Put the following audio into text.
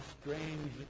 strange